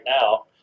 now